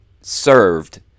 served